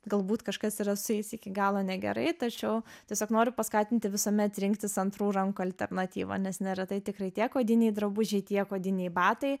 galbūt kažkas yra su jais iki galo negerai tačiau tiesiog noriu paskatinti visuomet rinktis antrų rankų alternatyvą nes neretai tikrai tiek odiniai drabužiai tiek odiniai batai